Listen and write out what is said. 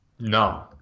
No